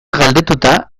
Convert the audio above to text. galdetuta